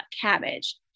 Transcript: cabbage